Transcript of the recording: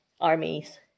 armies